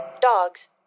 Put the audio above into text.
Dogs